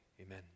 Amen